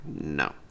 no